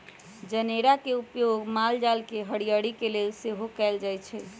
जनेरा के उपयोग माल जाल के हरियरी के लेल सेहो कएल जाइ छइ